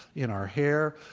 in our hair.